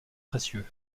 précieux